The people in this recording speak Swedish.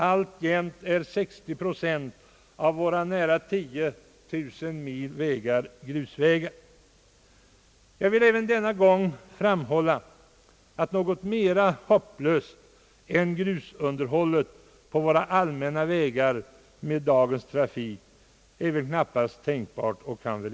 Alltjämt är 60 procent av våra nära 10 000 mil vägar grusvägar. Jag vill även denna gång framhålla att något mera hopplöst än grusunderhållet av våra allmänna vägar med dagens trafik knappast är tänkbart.